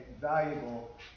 valuable